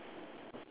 both side